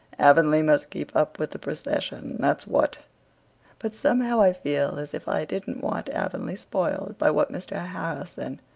avonlea must keep up with the procession, that's what but somehow i feel as if i didn't want avonlea spoiled by what mr. harrison,